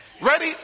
ready